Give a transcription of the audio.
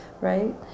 right